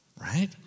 right